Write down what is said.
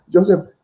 Joseph